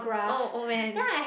oh oh man